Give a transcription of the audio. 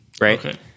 Right